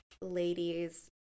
ladies